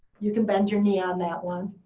you can bend your knee on that one.